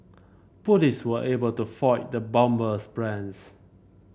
police were able to foil the bomber's plans